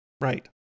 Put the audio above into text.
Right